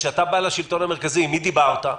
כשאתה בא לשלטון המרכזי, עם מי דיברת?